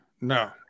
No